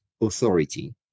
authority